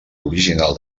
original